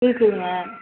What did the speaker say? இருக்குதுங்க